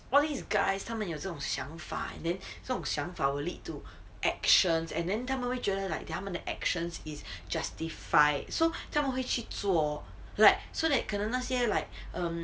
all these guys 他们有这种想法 and then 这种想法 will lead to actions and then 他们会觉得 like 他们的 actions is justified so 他们会去做 like so that 可能那些 like um